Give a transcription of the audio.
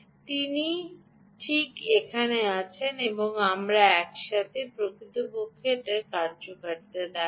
তিনি ঠিক এখানে আছেন এবং আমরা এটি একসাথে করব এবং আমি আপনাকে প্রকৃতপক্ষে দেখাব যে এটি সত্যিই কার্যকর